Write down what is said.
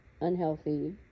unhealthy